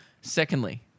Secondly